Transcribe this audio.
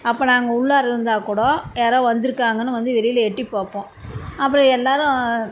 அப்போ நாங்கள் உள்ளார இருந்தால் கூட யாரோ வந்துருக்காங்கன்னு வந்து வெளியில் எட்டி பார்ப்போம் அப்படி எல்லோரும்